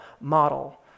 model